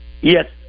Yes